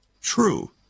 True